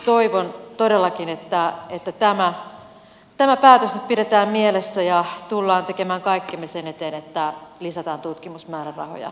toivon todellakin että tämä päätös nyt pidetään mielessä ja tullaan tekemään kaikkemme sen eteen että lisätään tutkimusmäärärahoja vastaisuudessa